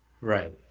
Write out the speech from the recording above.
right